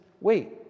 wait